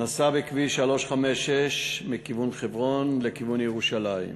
נסע בכביש 356 מכיוון חברון לכיוון ירושלים.